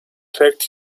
trägt